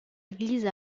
églises